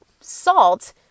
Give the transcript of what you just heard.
salt